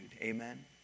Amen